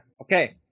Okay